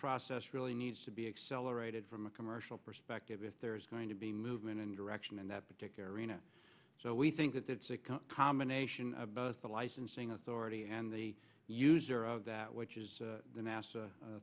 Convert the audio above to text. process really needs to be accelerated from a commercial perspective if there is going to be movement and direction in that particular arena so we think that the combination of both the licensing authority and the user of that which is the nas